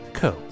co